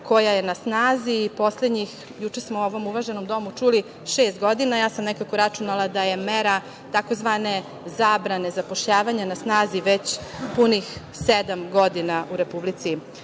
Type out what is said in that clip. koja je na snazi poslednjih, juče smo u ovom uvaženom domu čuli, šest godina. Ja sam nekako računala da je mera tzv. "zabrane zapošljavanja" na snazi već punih sedam godina u Republici